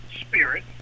spirit